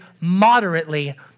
moderately